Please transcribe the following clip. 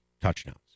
touchdowns